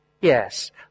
Yes